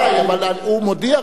אבל הוא מודיע רק שהקואליציה,